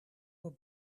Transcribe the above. will